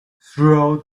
throughout